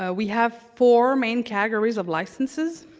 ah we have four main categories of licenses,